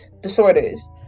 disorders